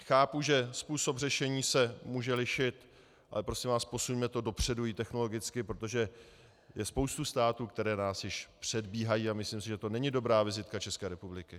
Chápu, že způsob řešení se může lišit, ale prosím vás, posuňme to dopředu i technologicky, protože je spousta států, které nás již předbíhají, a myslím si, že to není dobrá vizitka České republiky.